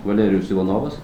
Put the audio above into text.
valerijus ivanovas